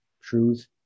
truth